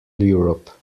europe